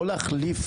או להחליף